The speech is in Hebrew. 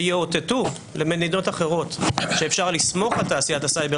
שיאותתו למדינות אחרות שאפשר לסמוך על תעשיית הסייבר